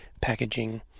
packaging